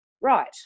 right